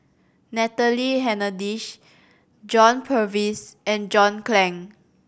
Natalie Hennedige John Purvis and John Clang